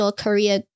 career